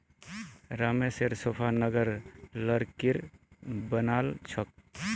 रमेशेर सोफा नरम लकड़ीर बनाल छ